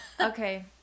Okay